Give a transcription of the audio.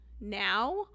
now